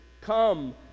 Come